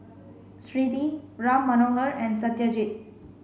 Smriti Ram Manohar and Satyajit